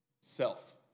Self